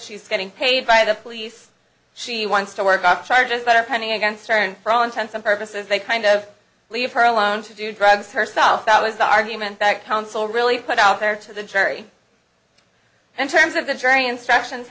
she's getting paid by the police she wants to work on charges that are pending against her and for all intents and purposes they kind of leave her alone to do drugs herself that was the argument back counsel really put out there to the jury in terms of the jury instructions